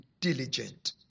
diligent